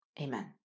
Amen